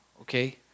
okay